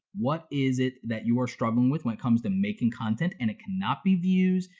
what is it that you are struggling with when it comes to making content? and it cannot be views,